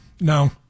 No